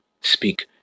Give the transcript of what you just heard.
speak